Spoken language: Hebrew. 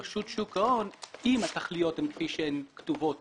אם התכליות הן כפי שהן כתובות